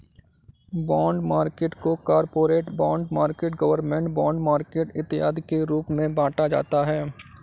bond market को corporate bond market government bond market इत्यादि के रूप में बांटा जाता है